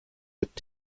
mit